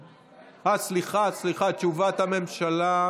סליחה, תשובת הממשלה,